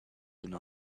been